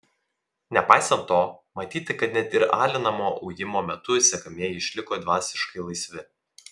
nepaisant to matyti kad net ir alinamo ujimo metu sekamieji išliko dvasiškai laisvi